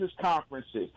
conferences